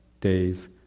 days